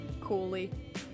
coolly